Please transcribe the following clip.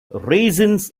raisins